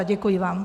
Děkuji vám.